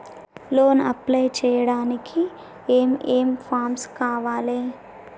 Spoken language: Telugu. లోన్ అప్లై చేయడానికి ఏం ఏం ఫామ్స్ కావాలే?